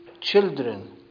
children